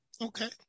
okay